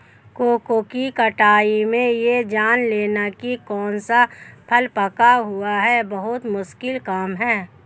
cocoa की कटाई में यह जान लेना की कौन सा फल पका हुआ है बहुत मुश्किल काम है